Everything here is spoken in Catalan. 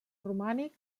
romànic